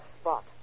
spot